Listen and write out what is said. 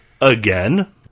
again